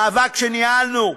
מאבק שניהלנו,